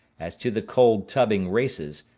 as to the cold-tubbing races,